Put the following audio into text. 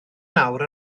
nawr